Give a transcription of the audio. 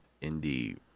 Indeed